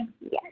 Yes